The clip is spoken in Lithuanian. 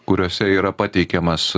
kuriose yra pateikiamas